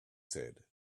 said